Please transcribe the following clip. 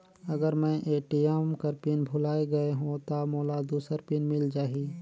अगर मैं ए.टी.एम कर पिन भुलाये गये हो ता मोला दूसर पिन मिल जाही?